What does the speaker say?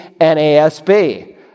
NASB